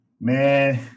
Man